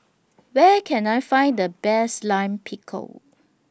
Where Can I Find The Best Lime Pickle